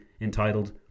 entitled